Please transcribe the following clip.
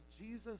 Jesus